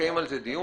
נקיים על זה דיון,